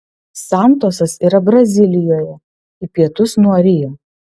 santosas yra brazilijoje į pietus nuo rio